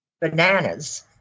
bananas